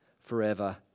forever